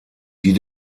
die